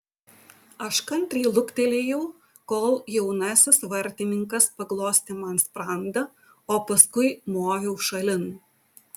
aš kantriai luktelėjau kol jaunasis vartininkas paglostė man sprandą o paskui moviau šalin